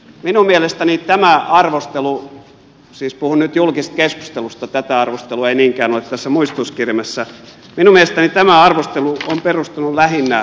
minun mielestäni tämä arvostelu siis puhun nyt julkisesta keskustelusta tätä arvostelua ei niinkään ole tässä muistutuskirjelmässä on perustunut lähinnä väärinkäsitykseen